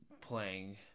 playing